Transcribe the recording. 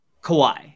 Kawhi